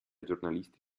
giornalisti